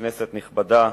כנסת נכבדה,